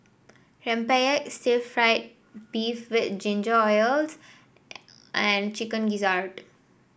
rempeyek Stir Fried Beef with Ginger Onions and Chicken Gizzard